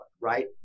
right